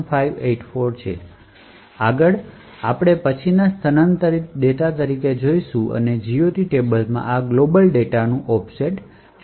આગળ આપણે પછી સ્થાનાંતરિત ડેટા જોઈ શકીએ છીએ અને GOT ટેબલમાં આ ગ્લોબલ ડેટા myglobનું ઓફસેટ જોઈ શકીએ છીએ